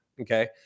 Okay